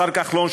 השר כחלון,